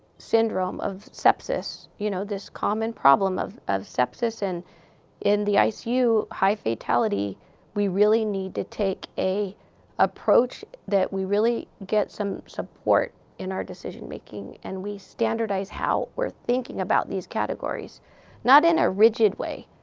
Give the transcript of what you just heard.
syndrome of sepsis you know, this common problem of of sepsis and in the icu, high fatality we really need to take a approach that we really get some support in our decision-making. and we standardize how we're thinking about these categories not in a rigid way,